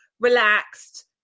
relaxed